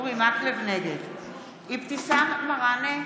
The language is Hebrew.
אבתיסאם מראענה,